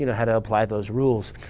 you know how to apply those rules.